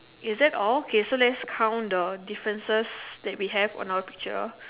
is that all so let's count the differences we have in our picture